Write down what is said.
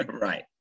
Right